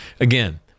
Again